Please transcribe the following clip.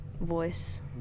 voice